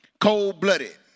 Cold-blooded